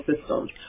systems